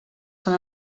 són